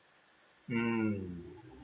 mm